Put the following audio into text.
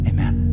Amen